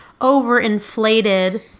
overinflated